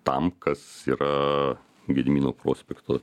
tam kas yra gedimino prospekto